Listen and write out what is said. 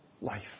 life